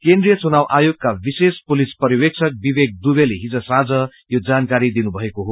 केन्द्रिय चुनाव आयोगका विशेष पुलिस पर्यवेक्षक विवेक दूबेले हिज साँझ यो जानकारी दिनुभएको हो